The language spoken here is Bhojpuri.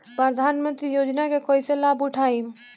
प्रधानमंत्री योजना के कईसे लाभ उठाईम?